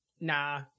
Nah